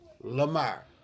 Lamar